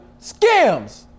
scams